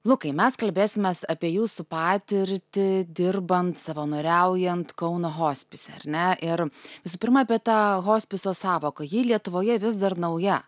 lukai mes kalbėsimės apie jūsų patirtį dirbant savanoriaujant kauno hospise ar ne ir visų pirma apie tą hospiso sąvoką ji lietuvoje vis dar nauja